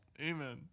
Amen